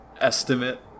estimate